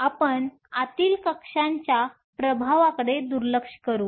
तर आपण आतील कक्षाच्या प्रभावाकडे दुर्लक्ष करू